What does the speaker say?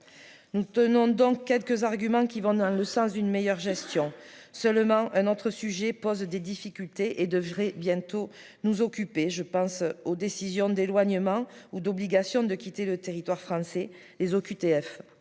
nous tenons dans quelques arguments qui vont dans le sens d'une meilleure gestion seulement un autre sujet pose des difficultés et devrait bientôt nous occuper, je pense aux décisions d'éloignement ou d'obligation de quitter le territoire français, les OQTF